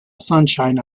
sunshine